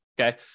okay